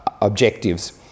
objectives